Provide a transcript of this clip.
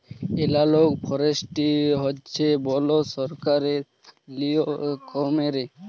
এলালগ forestry হছে বল সংরক্ষলের লিয়ম ক্যইরে